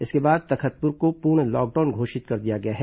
इसके बाद तखतपुर को पूर्ण लॉकडाउन घोषित कर दिया गया है